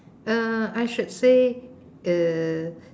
uh I should say uh